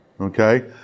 Okay